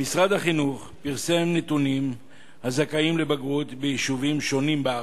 משרד החינוך פרסם את נתוני הזכאים לבגרות ביישובים שונים בארץ,